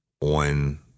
on